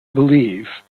believe